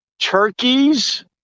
turkeys